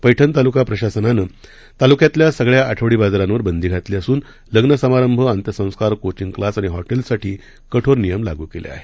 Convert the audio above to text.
पैठण तालुका प्रशासनानं तालुक्यातल्या सगळ्या आठवडी बाजारांवर बंदी घातली असून लग्न समारंभ अंत्यसंस्कार कोचिंग क्लास आणि हॉटेल्ससाठी कठोर नियम लागू केले आहेत